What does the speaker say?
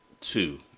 two